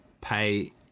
pay